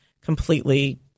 completely